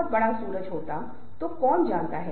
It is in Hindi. तो यह सदस्यों के बीच की भावना है